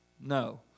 No